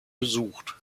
besucht